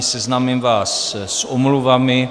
Seznámím vás s omluvami.